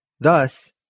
Thus